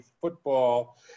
football